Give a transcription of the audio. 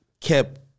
kept